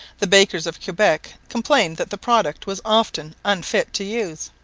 the bakers of quebec complained that the product was often unfit to use.